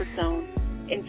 zone